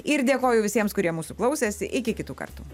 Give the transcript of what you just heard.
ir dėkoju visiems kurie mūsų klausėsi iki kitų kartų